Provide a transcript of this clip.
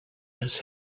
his